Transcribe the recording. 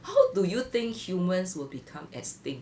how do you think humans will become extinct